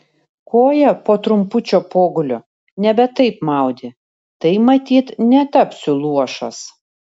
koją po trumpučio pogulio nebe taip maudė tai matyt netapsiu luošas